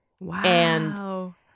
Wow